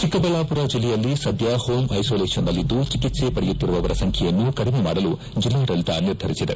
ಚಿಕ್ಕಬಳ್ಳಾಪುರ ಜಿಲ್ಲೆಯಲ್ಲಿ ಸದ್ಯ ಹೋಂ ಐಸೋಲೇಷನ್ನಲ್ಲಿದ್ದು ಚಿಕಿತ್ತೆ ಪಡೆಯುತ್ತಿರುವವರ ಸಂಖ್ಯೆಯನ್ನು ಕಡಿಮೆ ಮಾಡಲು ಜೆಲ್ಲಾಡಳಿತ ನಿರ್ಧರಿಸಿದೆ